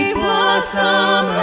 blossom